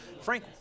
Frank